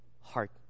heart